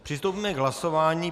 Přistoupíme k hlasování.